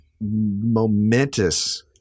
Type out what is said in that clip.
momentous